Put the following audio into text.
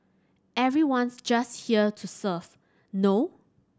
everyone's just here to serve no